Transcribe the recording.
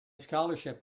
scholarship